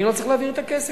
אני לא צריך להעביר את הכסף.